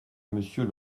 monsieur